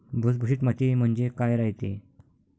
भुसभुशीत माती म्हणजे काय रायते?